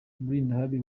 mulindahabi